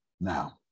Now